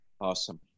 Awesome